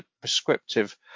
prescriptive